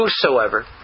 Whosoever